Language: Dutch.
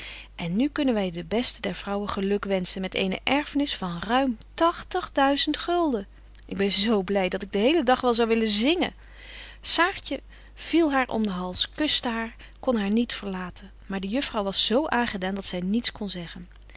en nu kunnen wy de beste der vrouwen geluk wenschen met eene erfnis van ruim tagtigduizend gulden ik ben zo bly dat ik den helen dag wel zou willen zingen saartje viel haar om den hals kuschte haar kon haar niet verlaten maar de juffrouw was zo aangedaan dat zy niets kon zeggen